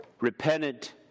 repentant